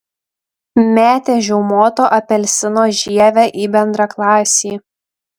metė žiaumoto apelsino žievę į bendraklasį